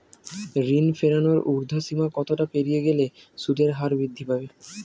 ঋণ ফেরানোর উর্ধ্বসীমা কতটা পেরিয়ে গেলে সুদের হার বৃদ্ধি পাবে?